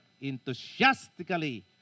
enthusiastically